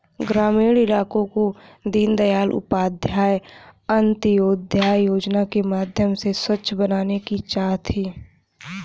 ग्रामीण इलाकों को दीनदयाल उपाध्याय अंत्योदय योजना के माध्यम से स्वच्छ बनाने की चाह थी